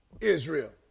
Israel